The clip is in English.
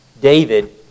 David